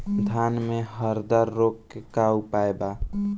धान में हरदा रोग के का उपाय बा?